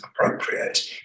appropriate